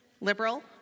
liberal